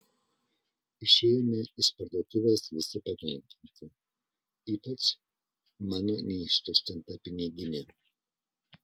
išėjome iš parduotuvės visi patenkinti ypač mano neištuštinta piniginė